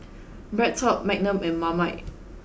BreadTalk Magnum and Marmite